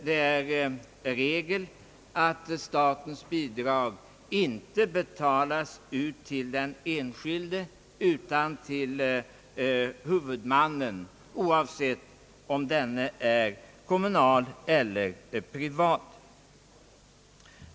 Det är regel att statens bidrag betalas ut inte till den enskilde utan till huvudmannen, oavsett om denne är kommunal eller privat.